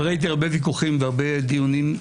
ראיתי הרבה ויכוחים והרבה דיונים.